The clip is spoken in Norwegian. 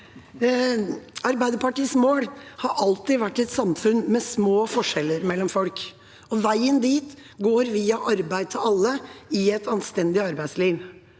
Arbeiderpartiets mål har alltid vært et samfunn med små forskjeller mellom folk, og veien dit går via arbeid til alle i et anstendig arbeidsliv.